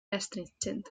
astringent